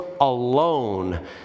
alone